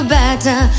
better